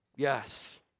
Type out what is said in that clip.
Yes